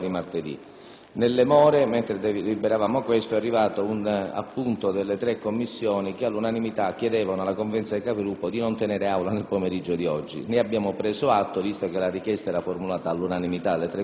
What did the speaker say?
Nelle more, mentre deliberavamo questo, è arrivato un appunto delle tre Commissioni che all'unanimità chiedevano alla Conferenza dei Capigruppo di non tenere Aula nel pomeriggio di oggi. Ne abbiamo preso atto, visto che la richiesta era formulata all'unanimità dalle tre Commissioni,